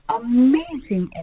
amazing